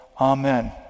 amen